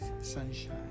sunshine